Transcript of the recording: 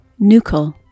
Nucle